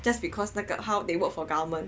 just because 那个 how they work for government